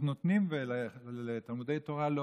אנחנו נותנים ולתלמודי תורה לא?